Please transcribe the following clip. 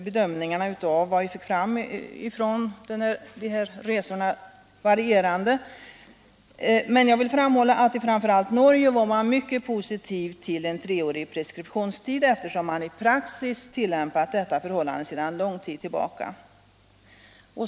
Bedömningarna av vad som kom fram vid dessa resor är kanske varierande, men jag vill framhålla att man framför allt i Norge var mycket positiv till en treårig preskriptionstid, eftersom man i praxis tillämpat detta förhållande sedan lång tid tillbaka.